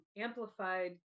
amplified